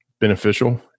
beneficial